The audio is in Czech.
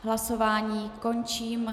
Hlasování končím.